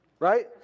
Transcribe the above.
right